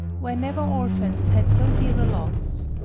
were never orphans had so dear a loss!